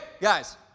guys